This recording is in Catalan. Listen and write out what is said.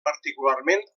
particularment